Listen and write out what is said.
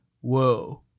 whoa